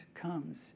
comes